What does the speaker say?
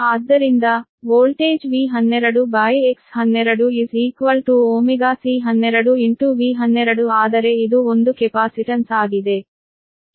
ಆದ್ದರಿಂದ voltage V12 X12your ωC12V12 ಆದರೆ ಇದು ಒಂದು ಕೆಪಾಸಿಟನ್ಸ್ ಆಗಿದೆ